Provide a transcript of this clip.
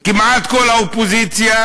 כמעט כל האופוזיציה,